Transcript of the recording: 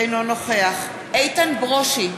אינו נוכח איתן ברושי,